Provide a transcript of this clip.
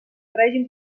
règim